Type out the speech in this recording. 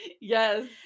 yes